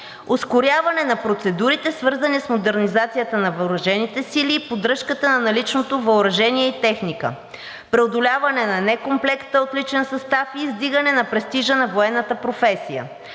ускоряване на процедурите, свързани с модернизацията на въоръжените сили и поддръжката на наличното въоръжение и техника, преодоляване на некомплекта от личен състав и издигане на престижа на военната професия.